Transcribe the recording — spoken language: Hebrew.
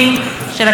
האמת,